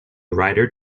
writer